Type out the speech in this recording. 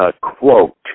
quote